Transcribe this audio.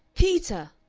peter!